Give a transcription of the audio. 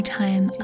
time